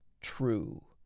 true